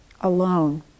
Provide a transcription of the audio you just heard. alone